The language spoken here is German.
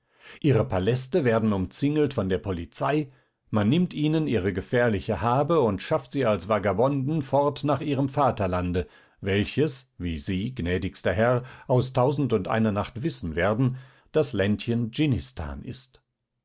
ihre paläste werden umzingelt von der polizei man nimmt ihnen ihre gefährliche habe und schafft sie als vagabonden fort nach ihrem vaterlande welches wie sie gnädigster herr aus tausendundeiner nacht wissen werden das ländchen dschinnistan ist